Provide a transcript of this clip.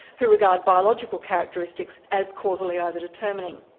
who regard biological characteristics as causally over-determining.